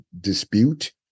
dispute